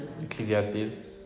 Ecclesiastes